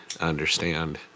understand